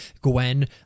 gwen